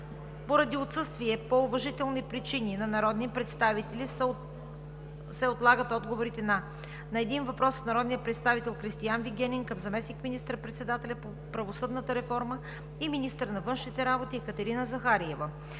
Поради отсъствие по уважителни причини на народни представители се отлагат отговорите на: - един въпрос от народния представител Кристиан Вигенин към заместник министър-председателя по правосъдната реформа и министър на външните работи Екатерина Захариева;